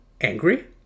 angry